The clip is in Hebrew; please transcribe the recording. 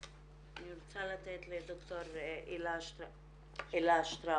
אני רוצה לתת לד"ר אלה שטראוס,